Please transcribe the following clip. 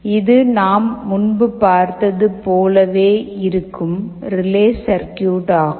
இது நாம் முன்பு பார்த்தது போலவே இருக்கும் ரிலே சர்க்யூட் ஆகும்